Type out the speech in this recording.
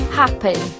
happy